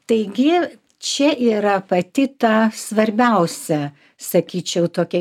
taigi čia yra pati ta svarbiausia sakyčiau tokia